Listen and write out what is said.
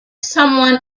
someone